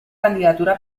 candidatura